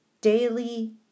daily